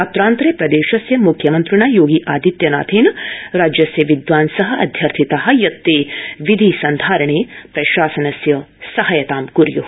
अत्रान्तरे प्रदेशस्य म्ख्यमन्त्रिणा योगी आदित्यनाथेन राज्यस्य विद्वांस अध्यर्थिता यत् ते विधि सन्धारणे प्रशासनस्य सहायतां क्य्